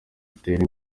utere